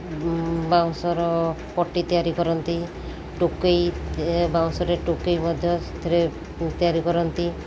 ବାଉଁଶର ପଟି ତିଆରି କରନ୍ତି ଟୋକେଇ ବାଉଁଶରେ ଟୋକେଇ ମଧ୍ୟ ସେଥିରେ ତିଆରି କରନ୍ତି